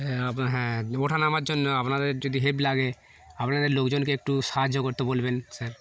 হ হ্যাঁ ওঠা নামার জন্য আপনাদের যদি হেল্প লাগে আপনাদের লোকজনকে একটু সাহায্য করতে বলবেন স্যার